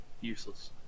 Useless